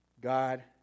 God